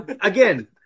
Again